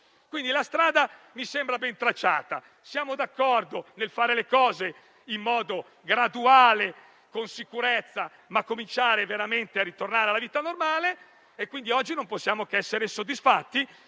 La strada mi sembra ben tracciata, siamo d'accordo nel fare le cose in modo graduale, con sicurezza, ma cominciando veramente a ritornare alla vita normale. Oggi non possiamo che essere soddisfatti.